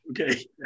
Okay